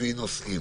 לפי נושאים.